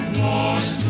lost